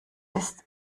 ist